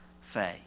faith